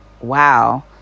wow